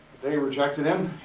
they rejected him.